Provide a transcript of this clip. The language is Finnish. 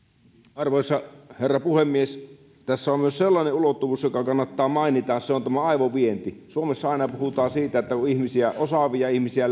arvoisa herra puhemies tässä on myös sellainen ulottuvuus joka kannattaa mainita tämä aivovienti suomessa aina puhutaan että kun osaavia ihmisiä